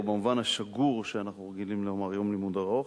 או במובן השגור שאנחנו רגילים לומר "יום לימוד ארוך".